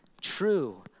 True